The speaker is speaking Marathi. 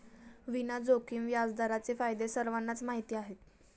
विना जोखीम व्याजदरांचे फायदे सर्वांनाच माहीत आहेत